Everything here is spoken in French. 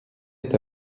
est